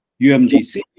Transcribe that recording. umgc